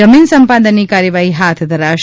જમીન સંપાદનની કાર્યવાહી હાથ ધરાશે